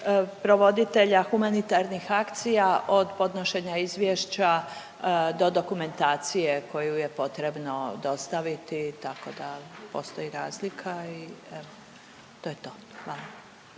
provoditelja humanitarnih akcija od podnošenja izvješća do dokumentacije koju je potrebno dostaviti, tako da postoji razlika i evo. To je to. Hvala.